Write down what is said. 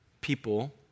people